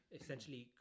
essentially